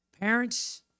Parents